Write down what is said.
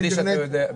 מבלי שאתה יודע.